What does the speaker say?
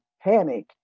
panic